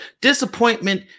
Disappointment